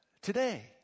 today